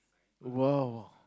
!wow!